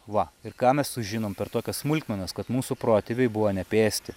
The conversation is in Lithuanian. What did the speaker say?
va ir ką mes sužinom per tokias smulkmenas kad mūsų protėviai buvo nepėsti